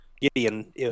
Gideon